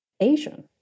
Asian